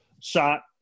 shot